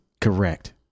Correct